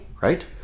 right